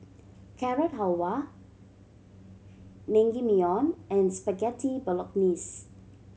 Carrot Halwa Naengmyeon and Spaghetti Bolognese